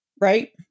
right